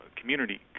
community